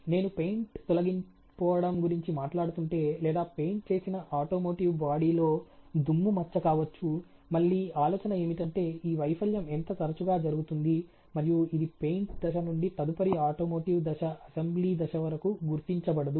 నేను పెయింట్ తొలగిపోవడం గురించి మాట్లాడుతుంటే లేదా పెయింట్ చేసిన ఆటోమోటివ్ బాడీ లో దుమ్ము మచ్చ కావచ్చు మళ్ళీ ఆలోచన ఏమిటంటే ఈ వైఫల్యం ఎంత తరచుగా జరుగుతుంది మరియు ఇది పెయింట్ దశ నుండి తదుపరి ఆటోమేటివ్ దశ అసెంబ్లీ దశ వరకు గుర్తించబడదు